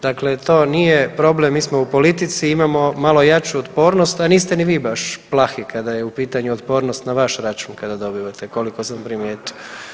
Dakle, to nije problem mi smo u politici, imamo malo jaču otpornost, a niste ni vi baš plahi kada je u pitanju otpornost na vaš račun kada dobivate koliko sam primijetio.